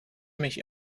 mich